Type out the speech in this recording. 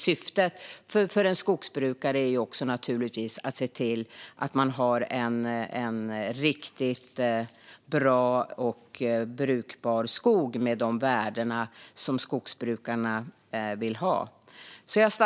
Syftet för en skogsbrukare är naturligtvis också att se till att ha en riktigt bra och brukbar skog med de värden som skogsbrukarna vill ha.